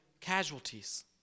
casualties